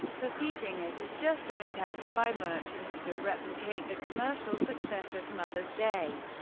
perceiving it as just an attempt by merchants to replicate the commercial success of mother's day,